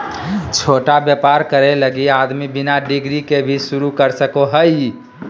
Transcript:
छोटा व्यापर करे लगी आदमी बिना डिग्री के भी शरू कर सको हइ